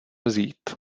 vzít